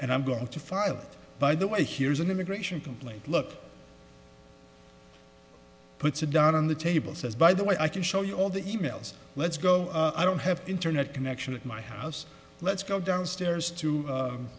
and i'm going to file by the way here's an immigration complaint look puts a dot on the table says by the way i can show you all the e mails let's go i don't have internet connection at my house let's go downstairs to